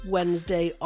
Wednesday